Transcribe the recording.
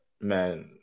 man